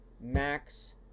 Max